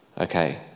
Okay